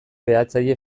behatzaile